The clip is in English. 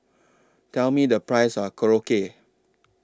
Tell Me The Price of Korokke